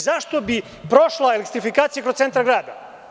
Zašto bi prošla elektrifikacija kroz centar grada?